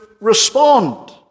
respond